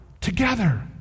together